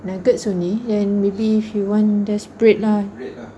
nuggets only then maybe if you want desperate lah